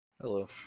Hello